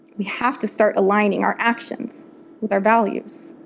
we have to start aligning our actions with our values.